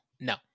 no